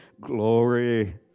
Glory